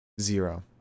Zero